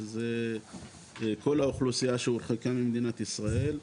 שזה כל האוכלוסייה שהורחקה במדינת ישראל.